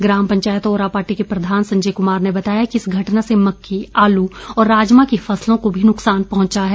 ग्राम पंचायत ओरा पाटी के प्रधान संजय कुमार ने बताया कि इस घटना से मक्की आलू और राजमा की फसलों को भी नुक्सान पहुंचा है